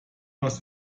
aus